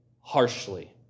harshly